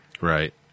Right